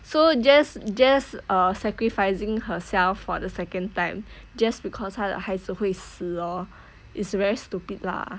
so just just err sacrificing herself for the second time just because 她的孩子会死 hor is very stupid lah